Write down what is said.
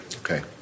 Okay